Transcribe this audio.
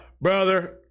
Brother